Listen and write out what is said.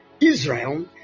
Israel